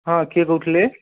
ହଁ କିଏ କହୁଥିଲେ